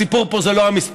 הסיפור פה זה לא המספר,